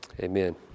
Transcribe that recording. Amen